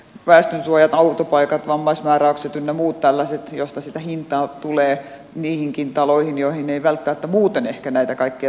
väestönsuojista autopaikoista vammaismääräyksistä ynnä muista tällaisista sitä hintaa tulee niihinkin taloihin joihin ei välttämättä muuten ehkä näitä kaikkia tarvitsisi